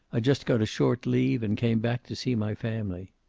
i just got a short leave, and came back to see my family.